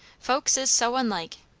folks is so unlike!